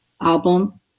album